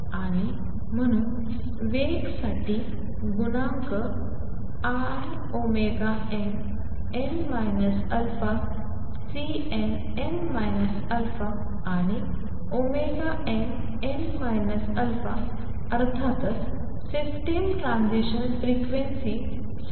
आणि म्हणून वेग साठी गुणांक inn αCnn α आणि nn αअर्थातच सिस्टम ट्रान्झिशन फ्रिक्वेंसी सारखाच असावा